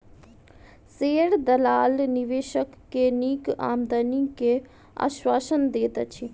share दलाल निवेशक के नीक आमदनी के आश्वासन दैत अछि